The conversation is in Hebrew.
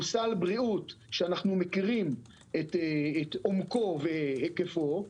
הוא סל הבריאות שאנחנו מכירים את עומקו ואת היקפו.